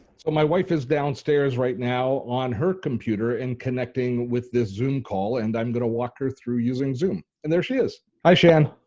so my wife is downstairs right now on her computer and connecting with this zoom call and i'm gonna walk her through using zoom. and there she is. hi shan.